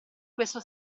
questo